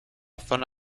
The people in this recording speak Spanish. zona